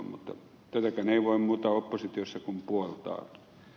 mutta ei voi muuta oppositiossa kuin puoltaa